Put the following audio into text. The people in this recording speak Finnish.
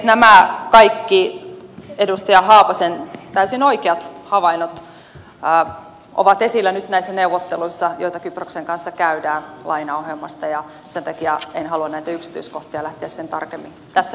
nämä kaikki edustaja haapasen täysin oikeat havainnot ovat esillä nyt näissä neuvotteluissa joita kyproksen kanssa käydään lainaohjelmasta ja sen takia en halua näitä yksityiskohtia lähteä sen tarkemmin tässä